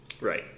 Right